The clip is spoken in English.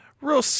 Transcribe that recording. Real